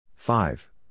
Five